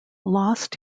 lost